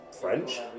French